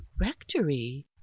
rectory